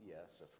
Yes